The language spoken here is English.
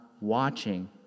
watching